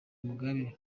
mugabe